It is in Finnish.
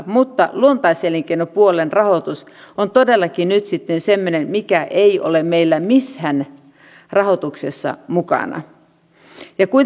mutta luontaiselinkeinopuolen rahoitus on todellakin nyt sitten semmoinen mikä ei ole meillä missään rahoituksessa mukana ja kuitenkin luonnon